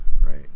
right